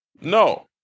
No